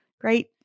great